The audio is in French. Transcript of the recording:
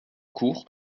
court